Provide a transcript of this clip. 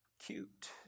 cute